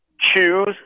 choose